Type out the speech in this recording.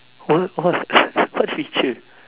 what what what feature